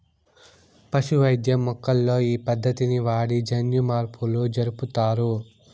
పశు వైద్యం మొక్కల్లో ఈ పద్దతిని వాడి జన్యుమార్పులు జరుపుతారు